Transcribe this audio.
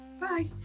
Bye